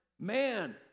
man